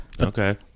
Okay